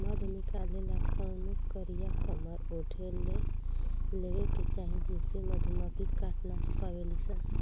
मध निकाले ला कवनो कारिया कमर ओढ़ लेवे के चाही जेसे मधुमक्खी काट ना पावेली सन